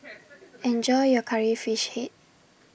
Enjoy your Curry Fish Head